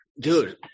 dude